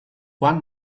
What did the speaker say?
one